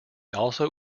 also